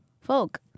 Folk